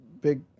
big